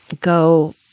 go